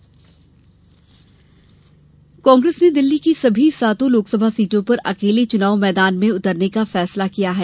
कांग्रेस दिल्ली कांग्रेस ने दिल्ली की सभी सातों लोकसभा सीटों पर अकेले चुनाव मैदान में उतरने का फैसला किया है